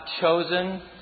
chosen